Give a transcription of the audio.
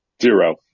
Zero